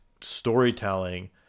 storytelling